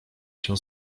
się